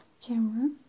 camera